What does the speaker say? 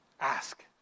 Ask